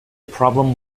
problem